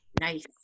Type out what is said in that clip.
nice